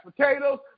potatoes